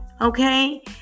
okay